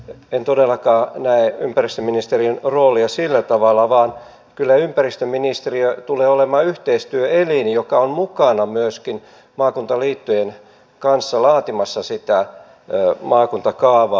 en todellakaan näe ympäristöministeriön roolia sillä tavalla vaan kyllä ympäristöministeriö tulee olemaan yhteistyöelin joka on mukana myöskin maakuntaliittojen kanssa laatimassa sitä maakuntakaavaa